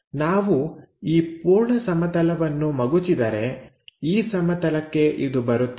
ನಾವು ಈ ಪೂರ್ಣ ಸಮತಲವನ್ನು ಮಗುಚಿದರೆ ಈ ಸಮತಲಕ್ಕೆ ಇದು ಬರುತ್ತದೆ